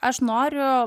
aš noriu